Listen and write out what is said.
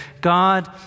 God